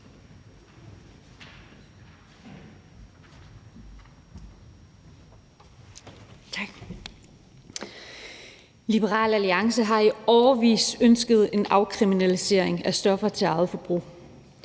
Liberal Alliance har i årevis ønsket en afkriminalisering af stoffer til eget forbrug.